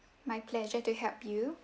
my pleasure to help you